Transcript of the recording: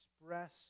express